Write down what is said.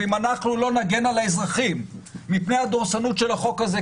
ואם אנחנו לא נגן על האזרחים מפני הדורסנות של החוק הזה,